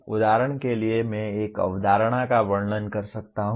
उदाहरण के लिए मैं एक अवधारणा का वर्णन कर सकता हूं